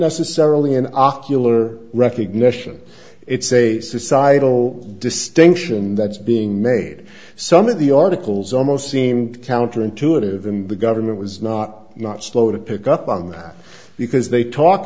necessarily an ocular recognition it's a societal distinction that's being made some of the articles almost seemed counter intuitive and the government was not not slow to pick up on that because they talk